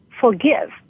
forgive